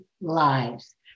lives